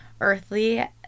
earthly